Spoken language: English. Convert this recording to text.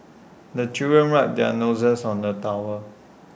the children wipe their noses on the towel